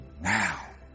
now